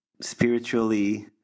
spiritually